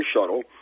shuttle